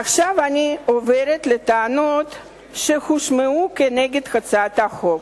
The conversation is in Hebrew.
עכשיו אני עוברת לטענות שהושמעו נגד הצעת החוק.